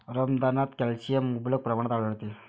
रमदानात कॅल्शियम मुबलक प्रमाणात आढळते